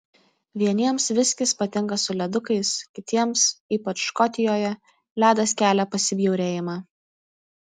vieniems viskis patinka su ledukais kitiems ypač škotijoje ledas kelia pasibjaurėjimą